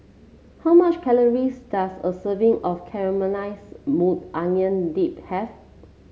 how much calories does a serving of Caramelized Maui Onion Dip have